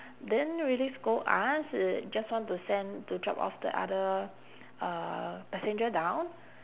didn't really scold us i~ just want to send to drop off the other uh passenger down